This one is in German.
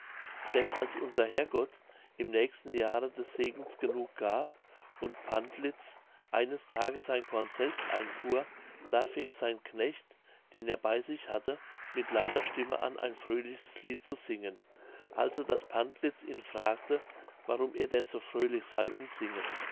denn als unser herr gott im nächsten jahre des segens genug gab und pantlitz eines tages sein korn selbst einfuhr da fing sein knecht den er bei sich hatte mit lauter stimme an ein fröhliches lied zu singen also daß pantlitz ihn fragte warum er denn so fröhlich sey und singe